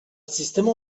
sistema